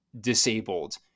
disabled